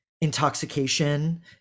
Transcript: intoxication